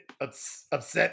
upset